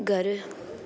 घरु